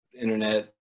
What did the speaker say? internet